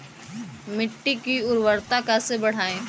मिट्टी की उर्वरता कैसे बढ़ाएँ?